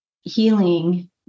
healing